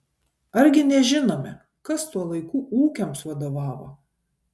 argi nežinome kas tuo laiku ūkiams vadovavo